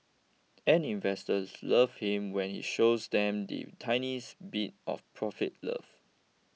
and investors love him when he shows them the tiniest bit of profit love